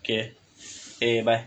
okay okay bye